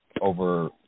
over